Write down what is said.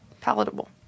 Palatable